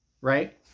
right